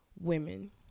women